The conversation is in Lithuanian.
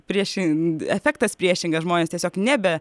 priešind efektas priešingas žmonės tiesiog nebe